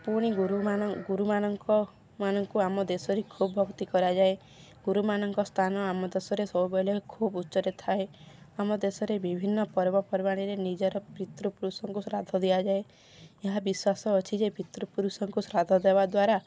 ପୁଣି ଗୁରୁମାନେ ଗୁରୁମାନଙ୍କୁ ଆମ ଦେଶରେ ଖୁବ୍ ଭକ୍ତି କରାଯାଏ ଗୁରୁମାନଙ୍କ ସ୍ଥାନ ଆମ ଦେଶରେ ସବୁବେଳେ ଖୁବ୍ ଉଚ୍ଚରେ ଥାଏ ଆମ ଦେଶରେ ବିଭିନ୍ନ ପର୍ବପର୍ବାଣିରେ ନିଜର ପିତୃପୁରୁଷଙ୍କୁ ଶ୍ରାଦ୍ଧ ଦିଆଯାଏ ଏହା ବିଶ୍ୱାସ ଅଛି ଯେ ପିତୃପୁରୁଷଙ୍କୁ ଶ୍ରାଦ୍ଧ ଦେବା ଦ୍ୱାରା